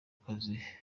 kazi